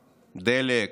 דלק,